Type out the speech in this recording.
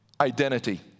identity